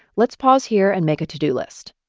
let's pause here and make a to-do list.